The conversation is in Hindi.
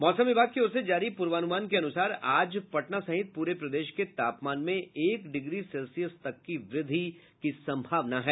मौसम विभाग की ओर से जारी पूर्वानुमान के अनुसार आज पटना सहित पूरे प्रदेश के तापमान में एक डिग्री सेल्सियस तक की वृद्धि की संभावना है